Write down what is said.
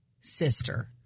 sister